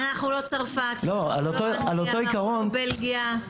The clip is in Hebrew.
אנחנו לא צרפת ולא בלגיה ואנגליה.